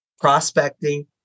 Prospecting